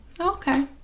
Okay